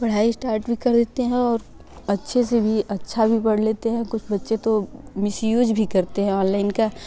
पढ़ाई स्टार्ट भी कर लेते हैं और अच्छे से भी अच्छा भी पढ़ लेते है कुछ बच्चे तो मिसयूज भी करते है ऑनलाईन का